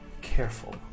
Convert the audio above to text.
careful